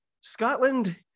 Scotland